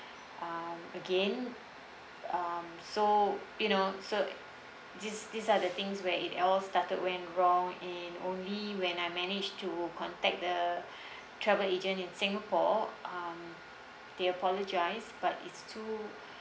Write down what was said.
uh again um so you know so these these are the things where it all started went wrong and only when I managed to contact the travel agent in singapore um they apologised but it's too